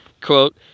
quote